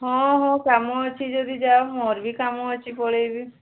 ହଁ ହଁ କାମ ଅଛି ଯଦି ଯାଅ ମୋର ବି କାମ ଅଛି ପଳାଇବି